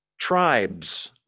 Tribes